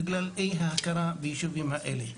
בגלל אי ההכרה ביישובים האלה.